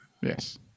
Yes